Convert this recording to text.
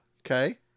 Okay